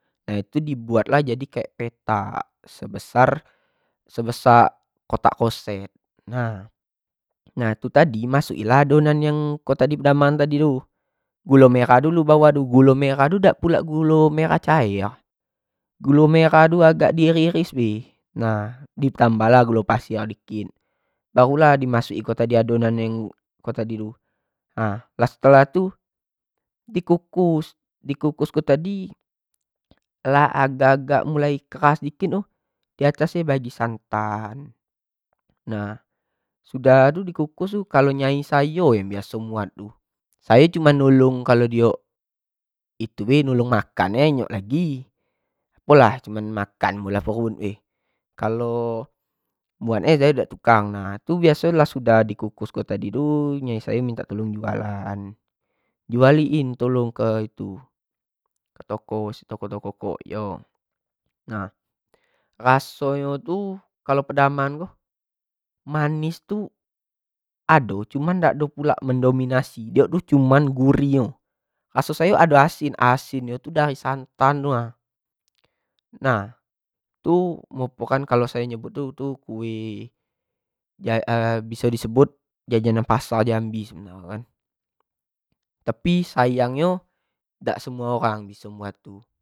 Itu di buat lah jadi kayak pelepah sebesar, sebesak kotak koset nah itu tadi masuk in lah daun yang namonyo padamaran tadi tu, gulo merah dulu bawah tu, gulo merah dak pulo gulo merah cair, gulo merah tu agak di iris-iris bae, nah di tambah lah gulo pasir baru lah di masuk i tadi adonan yang ap tadi tu, nah setelah tu di kukus, di kukus ko tadi lah agak-agak keras dikit tu diats nyo bagi santan nah sudah tu di kukus tu kalo nyai sayo biaso muat tu, sayo cuman nulung kalo diok nulung mkan lah dak nyok lagi, apo lah cuma makan masuk pehut bae, kalo buat nyo sayo dak tukang, nah biaso kalo sudah di kukus tadi tu nyai sayo mintak tulung jualan, juali in minta tulung ke itu ke toko ke toko-toko, iyo, nah raso nyo tu kalo pedamaran ko manis tu ado cuma ndak ado pulak menominasi iok lucu cuma gurih nyo, raso sayo ado asin, asin itu dari santan nyo tu ha nah tu merupokan kalo sayo nyebutkan tu tu kue biso di sebut jajanan pasar jambi sebnar nyo kan, tapi saying nyo dak semuo orang biso ngebuat tu.